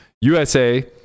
USA